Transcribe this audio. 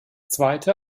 zweite